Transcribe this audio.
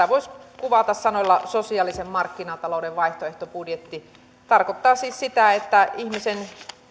voisi kuvata sanoilla sosiaalisen markkinatalouden vaihtoehtobudjetti se tarkoittaa siis sitä että ihmisen